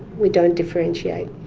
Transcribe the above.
we don't differentiate.